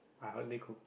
I hardly cook